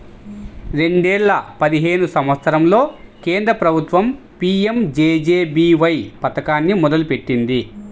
రెండేల పదిహేను సంవత్సరంలో కేంద్ర ప్రభుత్వం పీయంజేజేబీవై పథకాన్ని మొదలుపెట్టింది